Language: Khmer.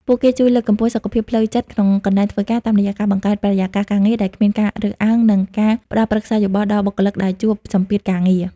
ពួកគេជួយលើកកម្ពស់សុខភាពផ្លូវចិត្តក្នុងកន្លែងធ្វើការ តាមរយៈការបង្កើតបរិយាកាសការងារដែលគ្មានការរើសអើង និងការផ្ដល់ប្រឹក្សាយោបល់ដល់បុគ្គលិកដែលជួបសម្ពាធការងារ។